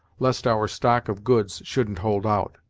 lest our stock of goods shouldn't hold out.